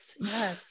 yes